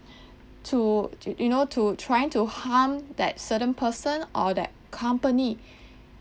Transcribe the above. to to you know to trying to harm that certain person or that company